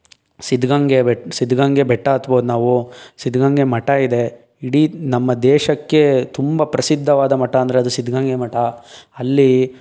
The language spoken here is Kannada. ಸಿದ್ಧಗಂಗೆ ಬೆ ಸಿದ್ಧಗಂಗೆ ಬೆಟ್ಟ ಹತ್ಬೋದು ನಾವು ಸಿದ್ಧಗಂಗೆ ಮಠ ಇದೆ ಇಡೀ ನಮ್ಮ ದೇಶಕ್ಕೆ ತುಂಬ ಪ್ರಸಿದ್ದವಾದ ಮಠ ಅಂದರೆ ಅದು ಸಿದ್ಧಗಂಗೆ ಮಠ ಅಲ್ಲಿ